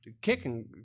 kicking